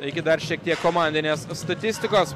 taigi dar šiek tiek komandinės statistikos